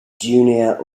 junior